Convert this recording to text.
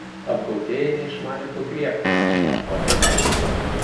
apgautieji neišmanė ko griebtis atrodė perpykę